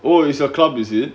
oh it's a club is it